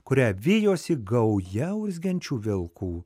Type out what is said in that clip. kurią vijosi gauja urzgiančių velkų